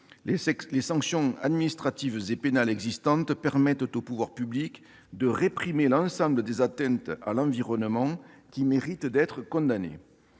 Les sanctions administratives et pénales existantes permettent aux pouvoirs publics de réprimer l'ensemble des atteintes à l'environnement qui méritent d'être condamnées.